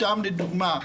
סתם לדוגמה,